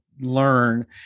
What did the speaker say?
learn